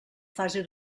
fase